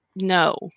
No